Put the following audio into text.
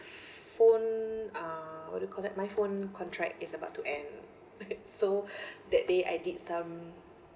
phone uh what you call that my phone contract is about to end so that day I did some